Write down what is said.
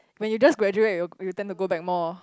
when you just graduate you you tend to go back more